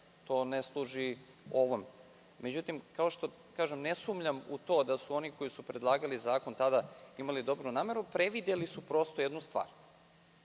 To ne služi ovome. Međutim, ne sumnjam u to da oni koji su predlagali zakon tada imali dobru nameru, prevideli su jednu stvar. To